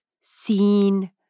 seen